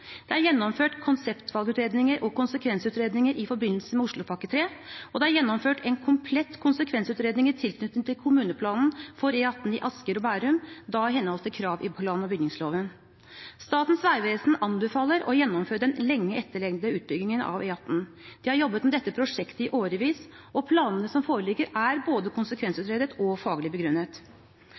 Det er gjennomført konseptvalgutredninger og konsekvensutredninger i forbindelse med Oslopakke 3, og det er gjennomført en komplett konsekvensutredning i tilknytning til kommuneplanen for E18 i Asker og Bærum, da i henhold til krav i plan- og bygningsloven. Statens vegvesen anbefaler å gjennomføre den lenge etterlengtede utbyggingen av E18. De har jobbet med dette prosjektet i årevis, og planene som foreligger, er både konsekvensutredet og faglig begrunnet.